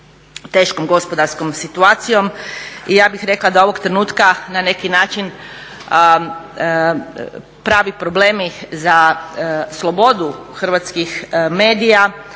teškom gospodarskom situacijom. I ja bih rekla da ovog trenutka na neki način pravi probleme za slobodu hrvatskih medija